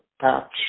patch